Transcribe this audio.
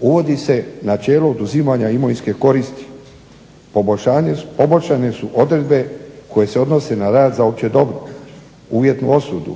uvodi se načelo oduzimanja imovinske koristi, poboljšane su odredbe koje se odnose na rad za opće dobro, uvjetnu osudu,